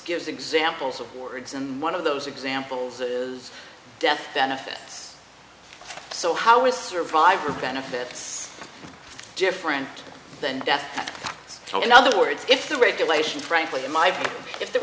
gives examples of words and one of those examples is death benefits so how we survive are benefits different than death toll in other words if the regulation frankly in my view if the